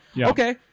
Okay